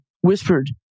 whispered